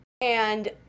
and-